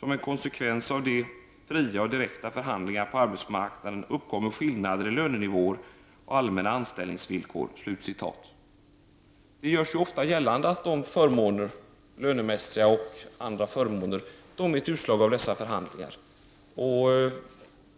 Som en konsekvens av de fria och direkta förhandlingarna på arbetsmarknaden uppkommer skillnader i lönenivåer och allmänna anställningsvillkor.” Det görs ofta gällande att löneförmåner och andra förmåner är ett utslag av dessa förhandlingar.